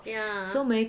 ya